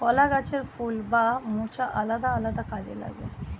কলা গাছের ফুল বা মোচা আলাদা আলাদা কাজে লাগে